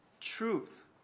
truth